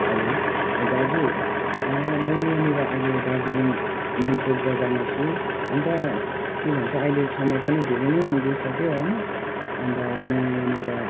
hello ए दाजु म यहाँनिर अहिले दार्जिलिङ मेन चोक बजारमा छु अन्त के भन्छ अहिले समय पनि धेरै नै गइसक्यो होइन अन्त म यहाँनिर